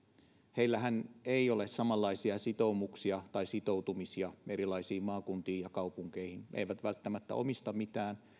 heillähän ei ole samanlaisia sitoumuksia tai sitoutumisia erilaisiin maakuntiin ja kaupunkeihin koska he eivät välttämättä omista mitään eikä